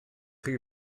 chi